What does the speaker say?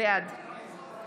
בעד